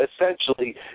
essentially